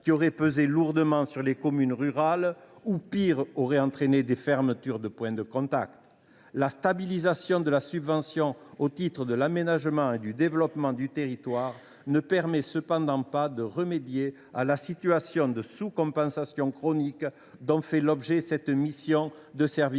aurait pesé lourdement sur les communes rurales ou, pire, entraîné des fermetures de points de contact. La stabilisation de la subvention au titre de l’aménagement et du développement du territoire ne permet pas, cependant, de remédier à la sous compensation chronique de cette mission de service